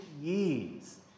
years